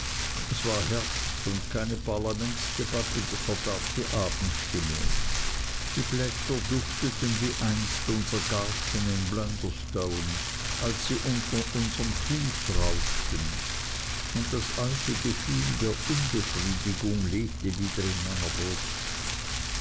es war herbst und keine parlamentsdebatte verdarb die abendstimmung die blätter dufteten wie einst unser garten in blunderstone als sie unter unserm fuße rauschten und das alte gefühl der unbefriedigung lebte wieder in meiner brust